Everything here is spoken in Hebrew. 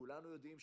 כולנו יודעים,